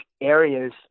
areas